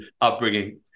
upbringing